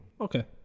Okay